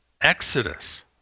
Exodus